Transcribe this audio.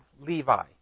Levi